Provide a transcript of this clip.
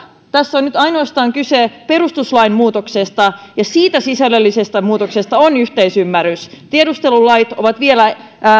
tässä on nyt ainoastaan kyse perustuslain muutoksesta ja siitä sisällöllisestä muutoksesta on yhteisymmärrys tiedustelulait ovat vielä